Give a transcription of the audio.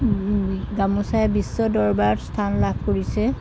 গামোচাই বিশ্ব দৰবাৰত স্থান লাভ কৰিছে